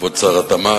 כבוד שר התמ"ת,